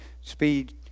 speed